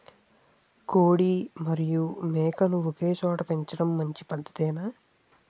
కోడి మరియు మేక ను ఒకేచోట పెంచడం మంచి పద్ధతేనా?